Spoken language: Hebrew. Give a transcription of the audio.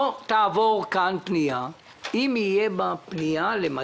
לא תעבור כאן פנייה שתהיה למדע,